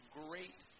great